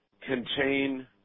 contain